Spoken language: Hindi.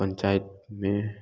पंचायत में